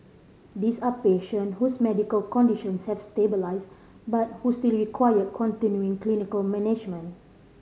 these are patient whose medical conditions have stabilised but who still require continuing clinical management